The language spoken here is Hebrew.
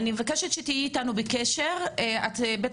אני מבקשת שתהיי איתנו בקשר,